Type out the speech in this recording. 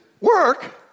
work